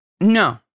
No